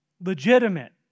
legitimate